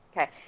Okay